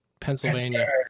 Pennsylvania